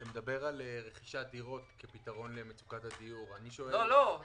אתה מדבר על רכישת דירות כפתרון למצוקת הדיור בפריפריה.